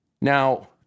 Now